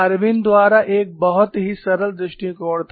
Irwin द्वारा एक बहुत ही सरल दृष्टिकोण था